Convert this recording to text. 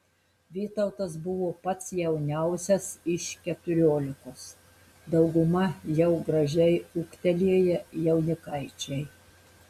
vytautas buvo pats jauniausias iš keturiolikos dauguma jau gražiai ūgtelėję jaunikaičiai